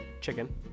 chicken